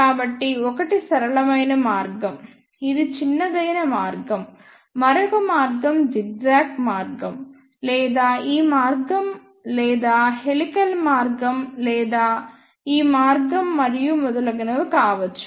కాబట్టి ఒకటి సరళమైన మార్గం ఇది చిన్నదైన మార్గం మరొక మార్గం జిగ్జాగ్ మార్గం లేదా ఈ మార్గం లేదా హెలికల్ మార్గం లేదా ఈ మార్గం మరియు మొదలైనవి కావచ్చు